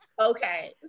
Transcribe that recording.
Okay